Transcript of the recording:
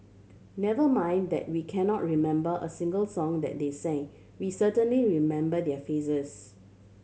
never mind that we cannot remember a single song that they sang we certainly remember their faces